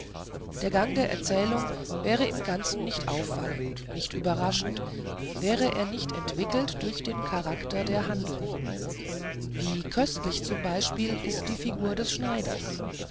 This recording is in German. der gang der erzählung wäre im ganzen nicht auffallend nicht überraschend wäre er nicht verwickelt durch den charakter der handelnden wie köstlich zum beispiel ist die figur des schneiders